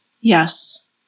Yes